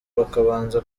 bakabanza